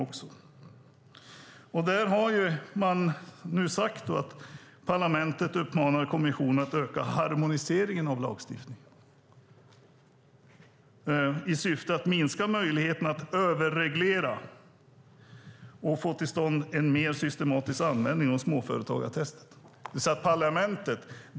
Man har sagt att parlamentet uppmanar kommissionen att öka harmoniseringen av lagstiftningen i syfte att minska möjligheten att överreglera och få till stånd en mer systematisk användning av småföretagartestet.